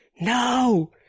no